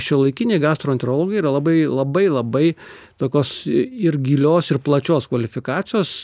šiuolaikinėj gastroenterologijoj yra labai labai labai tokios ir gilios ir plačios kvalifikacijos